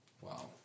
Wow